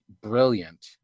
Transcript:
brilliant